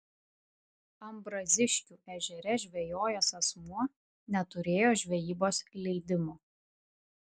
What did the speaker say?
ambraziškių ežere žvejojęs asmuo neturėjo žvejybos leidimo